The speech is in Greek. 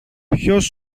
ποιος